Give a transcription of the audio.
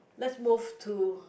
let's move to